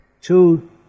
Two